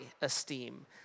esteem